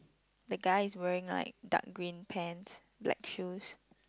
the guy is wearing like dark green pants black shoes